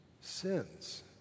sins